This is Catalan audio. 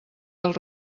del